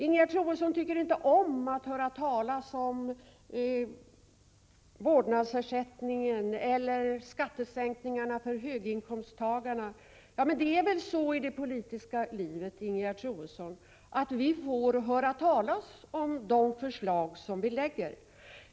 Ingegerd Troedsson tycker inte om att höra talas om vårdnadsersättningen eller skattesänkningarna för höginkomsttagarna. Men det är väl så i det politiska livet, Ingegerd Troedsson, att vi får höra talas om de förslag som vi lägger fram.